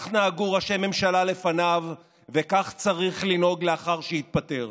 כך נהגו ראשי ממשלה לפניו וכך צריך לנהוג לאחר שיתפטר.